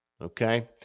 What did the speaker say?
okay